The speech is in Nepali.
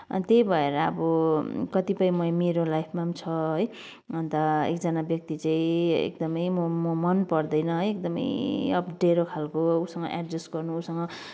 अनि त्यही भएर अब कतिपय मेरो लाइफमा पनि छ है अन्त एकजना व्यक्ति चाहिँ एकदमै म मन पर्दैन है एकदमै अप्ठ्यारो खालको ऊसँग एडजस्ट गर्नु उसँग